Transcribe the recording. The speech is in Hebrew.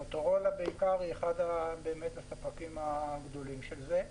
מוטורולה היא אחד הספקים הגדולים של זה.